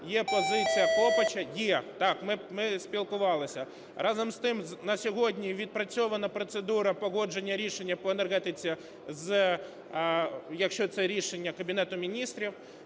є позиція Копача, є. Так, ми спілкувалися. Разом з тим, на сьогодні відпрацьована процедура погодження рішення по енергетиці, якщо це рішення Кабінету Міністрів;